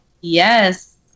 Yes